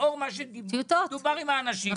לאור מה שדובר עם האנשים -- טיוטות,